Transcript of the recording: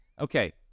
Okay